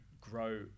grow